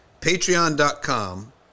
patreon.com